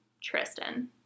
Tristan